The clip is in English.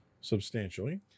substantially